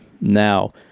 now